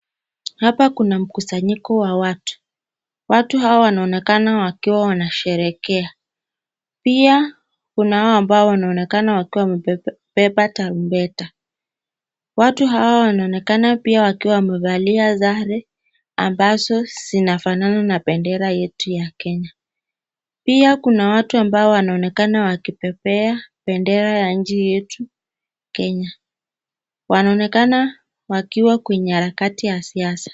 Hapa kuna mkusanyiko wa watu, watu hawa wanaonekana wakiwa wanasherehekea pia kunao ambao wanaonekana wakiwa wamebeba tarumbeta, watu hawa wanaonekana pia wakiwa wamevalia zare ambazo zinafanana na bendera yetu ya kenya, pia kuna watu ambao wanaonekana wakipepea bendera ya nchi yetu kenya, wanaonekana wakiwa kwenye harakati ya siasa.